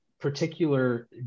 particular